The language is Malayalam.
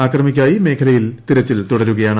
ആക്രമിക്കായി മേഖലയിൽ തിരച്ചിൽ തുടരുകയാണ്